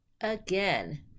Again